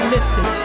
Listen